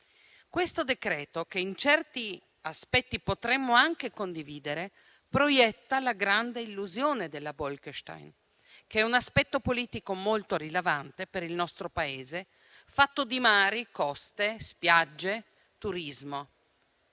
Questo decreto-legge, che in certi aspetti potremmo anche condividere, proietta la grande illusione della Bolkestein, che è un aspetto politico molto rilevante per il nostro Paese, fatto di mari, coste, spiagge e turismo.